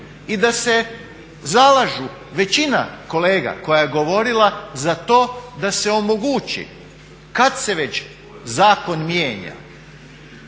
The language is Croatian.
I da se zalažu većina kolega koja je govorila za to da se omogući kad se već zakon mijenja,